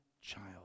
child